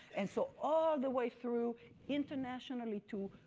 and so all the way through internationally too,